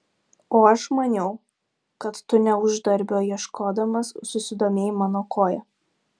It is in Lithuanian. o aš maniau kad tu ne uždarbio ieškodamas susidomėjai mano koja